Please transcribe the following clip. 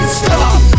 stop